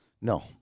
No